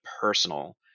personal